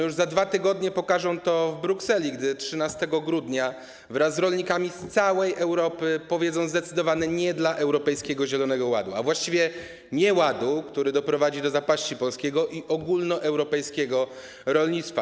Już za 2 tygodnie pokażą to w Brukseli, gdy 13 grudnia wraz z rolnikami z całej Europy powiedzą zdecydowane „nie” dla Europejskiego Zielonego Ładu, a właściwie nieładu, który doprowadzi do zapaści polskiego i ogólnoeuropejskiego rolnictwa.